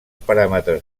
paràmetres